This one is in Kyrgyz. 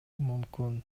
мүмкүн